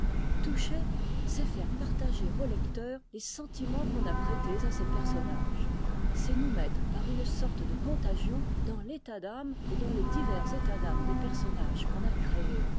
toucher c'est faire partager au lecteur les sentiments qu'on a prêtés à ses personnages c'est nous mettre par une sorte de contagion dans l'état d'âme et dans les divers états d'âmes des personnages qu'on a créés